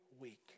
week